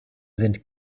sind